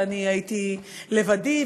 ואני הייתי לבדי,